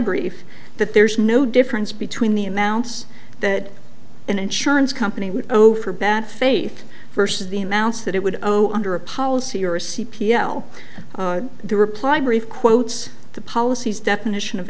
brief that there is no difference between the amounts that an insurance company would over bad faith versus the amounts that it would go under a policy or a c p l the reply brief quotes the policies definition of